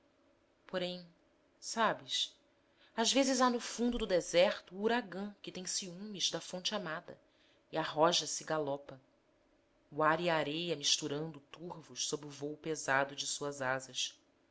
porém sabes às vezes há no fundo do deserto o uragã que tem ciúmes da fonte amada e arroja se e galopa o ar e a areia misturando turvos sob o vôo pesado de suas asas